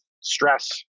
stress